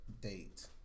date